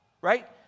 right